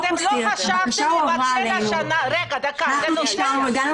הבקשה הועברה אלינו ואנחנו הגענו